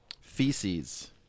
feces